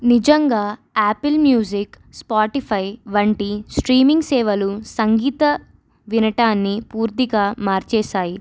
నిజంగా Apple Music Spotify వంటి streaming సేవలు సంగీత వినటాన్ని పూర్తిగా మార్చేసాయి